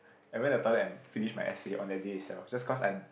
I went to the toilet and finished my essay on the day itself just cause I